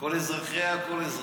כל אזרחיה, לא כל אזרחיה?